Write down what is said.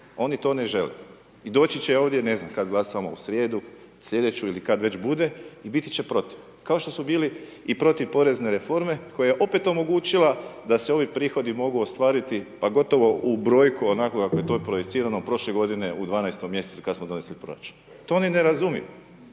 oni to ne žele, i doći će ovdje, ne znam, kad glasamo u srijedu sljedeću, ili kad već bude i biti će protiv, kao što su bili i protiv porezne reforme koja je opet omogućila da se ovi prihodi mogu ostvariti pa gotovo u brojku onako kako je to projicirano prošle godine u 12. mjesecu kad smo donesli proračun, to oni ne razumiju,